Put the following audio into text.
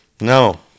No